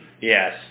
Yes